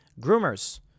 groomers